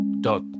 dot